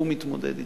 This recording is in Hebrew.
הוא מתמודד אתם.